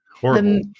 horrible